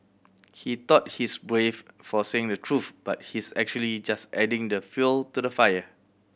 he thought he's brave for saying the truth but he's actually just adding the fuel to the fire